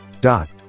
dot